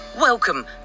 Welcome